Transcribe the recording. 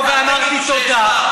צריך לעשות את החלוקה.